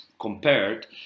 compared